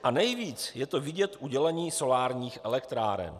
A nejvíc je to vidět u dělení solárních elektráren.